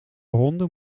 honden